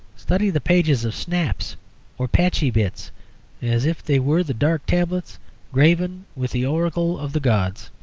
study the pages of snaps or patchy bits as if they were the dark tablets graven with the oracles of the gods.